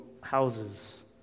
houses